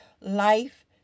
life